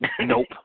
Nope